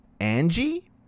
Angie